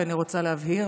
ואני רוצה להבהיר.